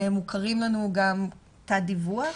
מוכרים לנו גם תת דיווח,